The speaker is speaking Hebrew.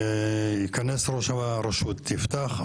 ייכנס ראש הרשות, יפתח.